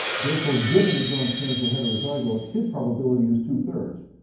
therefore, given that john's parents were heterozygotes, his probability is two-thirds.